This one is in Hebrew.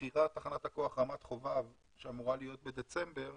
מכירת תחנת הכוח רמת חובב, שאמורה להיות בדצמבר,